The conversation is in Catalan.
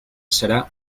serà